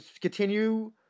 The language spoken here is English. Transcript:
continue